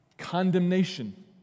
condemnation